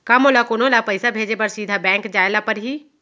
का मोला कोनो ल पइसा भेजे बर सीधा बैंक जाय ला परही?